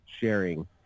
sharing